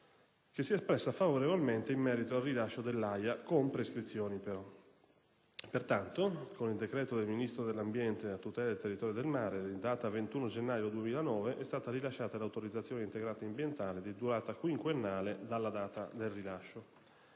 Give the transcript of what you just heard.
che si è espressa favorevolmente in merito al rilascio dell'AIA, ma con prescrizioni. Pertanto, con decreto del Ministro dell'ambiente e della tutela del territorio e del mare, in data 21 gennaio 2009, è stata rilasciata l'autorizzazione integrata ambientale di durata quinquennale dalla data del rilascio.